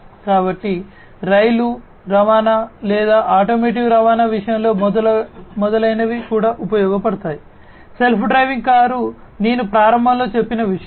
కాబట్టి రైలు రవాణా లేదా ఆటోమోటివ్ రవాణా విషయంలో మొదలైనవి కూడా ఉపయోగించబడతాయి సెల్ఫ్ డ్రైవింగ్ కారు నేను ప్రారంభంలో చెప్పిన విషయం